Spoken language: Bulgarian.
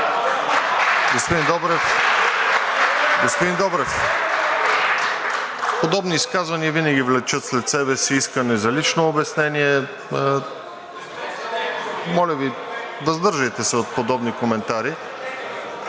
Господин Добрев, подобни изказвания винаги влекат след себе си искане за лично обяснение. Моля Ви, въздържайте се от подобни коментари.